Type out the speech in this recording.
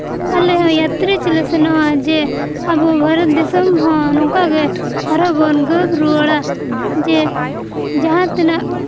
ᱟᱞᱮ ᱡᱟᱛᱨᱤᱠ ᱞᱮ ᱥᱮᱱᱚᱜᱼᱟ ᱡᱮ ᱟᱵᱚ ᱵᱷᱟᱨᱚᱛ ᱫᱤᱥᱚᱢ ᱦᱚᱸ ᱱᱚᱝᱠᱟᱜᱮ ᱟᱨᱦᱚᱸ ᱵᱚᱱ ᱜᱚᱜ ᱨᱩᱣᱟᱹᱲᱟ ᱡᱮ ᱡᱟᱦᱟᱸ ᱛᱤᱱᱟᱹᱜ